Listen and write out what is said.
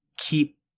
Keep